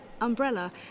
umbrella